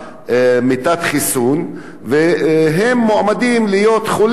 והם מועמדים להיות חולים בהרבה מחלות אחרות.